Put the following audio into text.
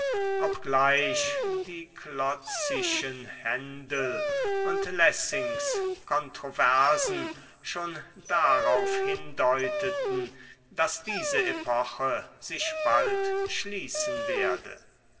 obgleich die klotzischen händel und lessings kontroversen schon darauf hindeuteten daß diese epoche sich bald schließen werde